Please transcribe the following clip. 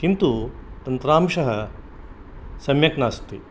किन्तु तन्त्रांशः सम्यक् नास्ति